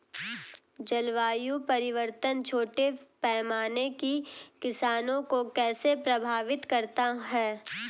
जलवायु परिवर्तन छोटे पैमाने के किसानों को कैसे प्रभावित करता है?